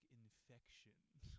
infections